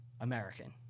American